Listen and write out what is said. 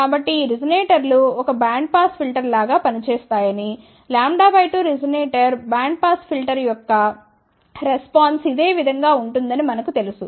కాబట్టి ఈ రిజోనేటర్లు ఒక బ్యాండ్ పాస్ ఫిల్టర్ లా పనిచేస్తాయని λ 2 రిజొనేటర్ బ్యాండ్ పాస్ ఫిల్టర్ యొక్క రెస్పాన్స్ ఇదే విధంగా ఉంటుందని మనకి తెలుసు